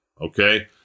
okay